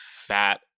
fat